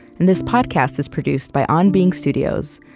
and this podcast is produced by on being studios,